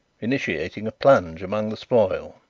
initiating a plunge among the spoil.